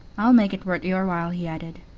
i'll make it worth your while, he added.